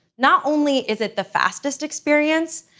not only is it the fastest experience,